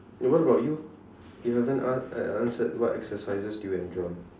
what about you you haven't an~ uh answered what exercises do you enjoy